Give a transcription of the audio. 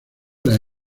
las